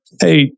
hey